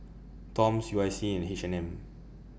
Toms U I C and H and M